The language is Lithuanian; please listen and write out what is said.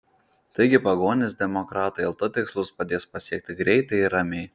taigi pagonys demokratai lt tikslus padės pasiekti greitai ir ramiai